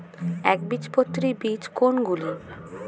একবীজপত্রী বীজ কোন গুলি?